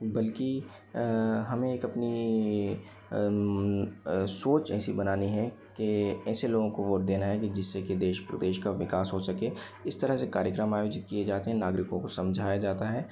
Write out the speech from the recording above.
बल्कि हमें एक अपनी सोच ऐसी बनानी है कि ऐसे लोगों को वोट देना है कि जिससे देश प्रदेश का विकास हो सके इस तरह से कार्यक्रम आयोजित किए जाते हैं नागरिकों को समझाया जाता है